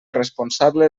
responsable